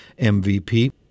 MVP